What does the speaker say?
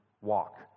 walk